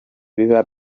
biba